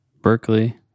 Berkeley